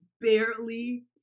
barely